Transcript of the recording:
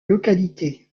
localité